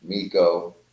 Miko